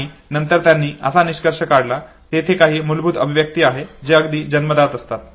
आणि नंतर त्यांनी असा निष्कर्ष काढला की तेथे काही मूलभूत अभिव्यक्ती आहेत जे अगदी जन्मजात असतात